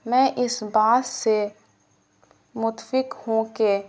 میں اس بات سے متفق ہوں کہ